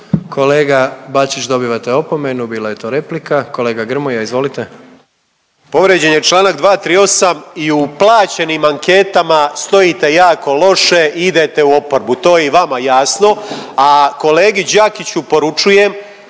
Kolega Bačić dobivate opomenu, bila je to replika. Kolega Grmoja, izvolite. **Grmoja, Nikola (MOST)** Povrijeđen je članak 238. I u plaćenim anketama stojite jako loše i idete u oporbu, to je i vama jasno. A kolegi Đakiću poručujem